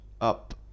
up